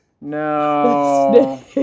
no